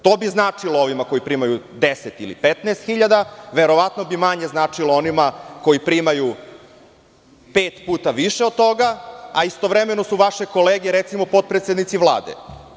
To bi značilo ovima koji primaju 10 ili 15 hiljada, a verovatno bi manje značilo onima koji primaju pet puta više od toga, a istovremeno su vaše kolege, recimo, potpredsednici Vlade.